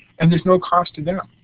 and there is no cost to them.